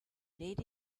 lead